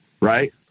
Right